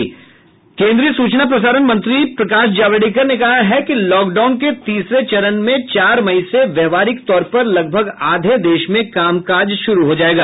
केन्द्रीय सूचना प्रसारण मंत्री प्रकाश जावड़ेकर ने कहा है कि लॉकडाउन के तीसरे चरण में चार मई से व्यावहारिक तौर पर लगभग आधे देश में काम काज शुरू हो जाएगा